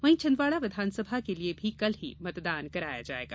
वहीं छिंदवाड़ा विधानसभा के लिए भी कल मतदान कराया जाएगा